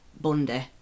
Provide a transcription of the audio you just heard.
Bundy